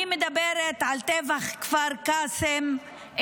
אני מדברת על טבח כפר קאסם,